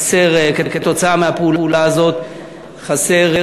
כמו במקרה של מבקר המדינה, והחוק